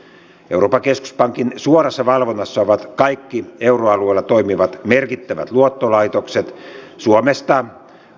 euroopan keskuspankin suorassa valvonnassa ovat kaikki euroalueella toimivat merkittävät luottolaitokset suomesta